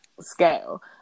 scale